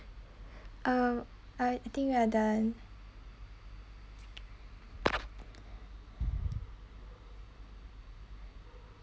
uh I think I done